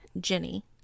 Jenny